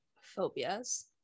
phobias